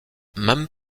même